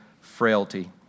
frailty